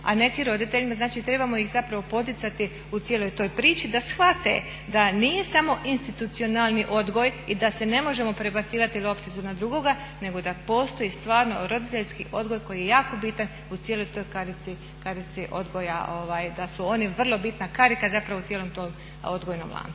a neki roditelji, znači trebamo ih zapravo poticati u cijeloj toj priči da shvate da nije samo institucionalni odgoj i da ne možemo prebacivati lopticu na drugoga nego da postoji stvarno roditeljski odgoj koji je jako bitan u cijeloj toj karici odgoja, da su oni vrlo bitna karika zapravo u cijelom tom odgojnom lancu.